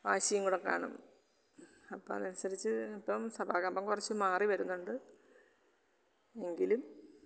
വാശിയും കൂടെ കാണും അപ്പം അതനുസരിച്ച് ഇപ്പം സഭാകമ്പം കുറച്ച് മാറി വരുന്നുണ്ട് എങ്കിലും